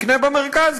יקנה במרכז,